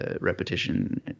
repetition